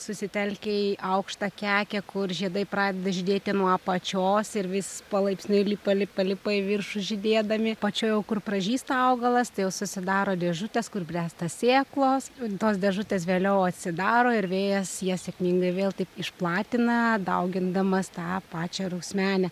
susitelkę į aukštą kekę kur žiedai pradeda žydėti nuo apačios ir vis palaipsniui lipa lipa lipa į viršų žydėdami apačioj jau kur pražysta augalas tai jau susidaro dėžutės kur bręsta sėklos tos dėžutės vėliau atsidaro ir vėjas jas sėkmingai vėl taip išplatina daugindamas tą pačią rusmenę